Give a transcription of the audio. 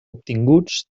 obtinguts